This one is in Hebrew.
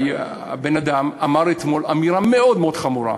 הבן-אדם אמר אתמול אמירה מאוד מאוד חמורה,